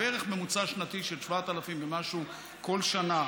בערך ממוצע שנתי של 7,000 ומשהו כל שנה,